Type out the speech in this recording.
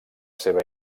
seva